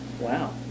Wow